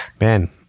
Man